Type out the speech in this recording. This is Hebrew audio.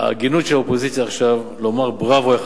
ההגינות של האופוזיציה עכשיו, לומר בראבו אחד